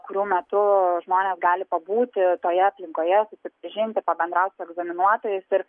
kurių metu žmonės gali pabūti toje aplinkoje susipažinti pabendraut su egzaminuotojais ir